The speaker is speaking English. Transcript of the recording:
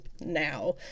now